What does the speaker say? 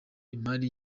imari